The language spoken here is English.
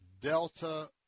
delta